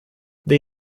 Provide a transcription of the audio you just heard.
they